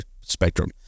spectrum